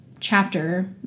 chapter